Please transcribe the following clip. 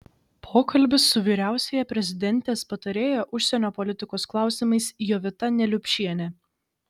pokalbis su vyriausiąja prezidentės patarėja užsienio politikos klausimais jovita neliupšiene